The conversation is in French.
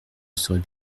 saurai